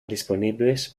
disponibles